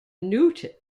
newton